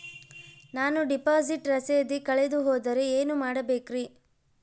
ನಾನು ಡಿಪಾಸಿಟ್ ರಸೇದಿ ಕಳೆದುಹೋದರೆ ಏನು ಮಾಡಬೇಕ್ರಿ?